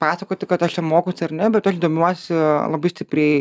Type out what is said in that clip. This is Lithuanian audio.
pasakoti kad aš čia mokausi ar ne bet aš domiuosi labai stipriai